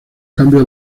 cambios